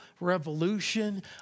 revolution